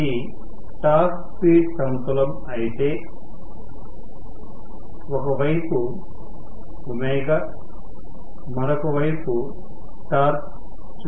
ఇది torque speed సమతులం అయితే అనుకుంటే ఒకవైపు ఒమేగాω మరొక వైపు టార్క్ చూపిస్తున్నాను